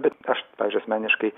bet aš pavyzdžiui asmeniškai